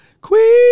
queen